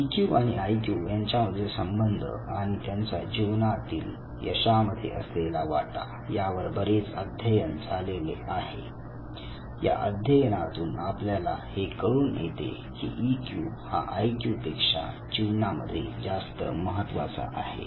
इ Q आणि I Q यांच्यामधील संबंध आणि त्यांचा जीवनातील यशामध्ये असलेला वाटा यावर बरेच अध्ययन झालेले आहे या अध्ययनातून आपल्याला हे कळून येते की इ क्यू हा आई क्यू पेक्षा जीवनामध्ये जास्त महत्त्वाचा आहे